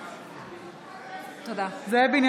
בעד חיים ביטון,